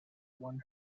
one